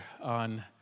on